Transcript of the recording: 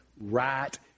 right